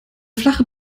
flache